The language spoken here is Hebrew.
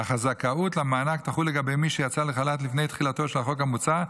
אך הזכאות למענק תחול לגבי מי שיצא לחל"ת לפני תחילתו של החוק המוצע,